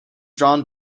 drawn